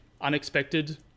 unexpected